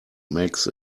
makes